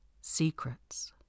secrets